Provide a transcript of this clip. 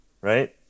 right